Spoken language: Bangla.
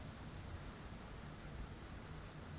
গমের মতি একটা শস্য যেটা চাস ক্যরা হ্যয় খাবারের জন্হে